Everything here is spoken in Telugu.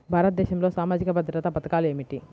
భారతదేశంలో సామాజిక భద్రతా పథకాలు ఏమిటీ?